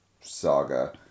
saga